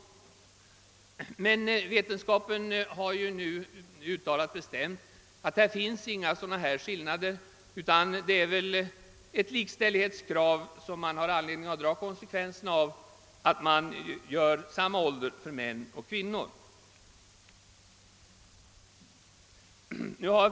Nu har vetenskapen förklarat att det inte föreligger några skillnader och därför är det ett likställighetskrav att fastställa samma giftermålsålder för män och kvinnor.